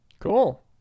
Cool